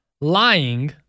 lying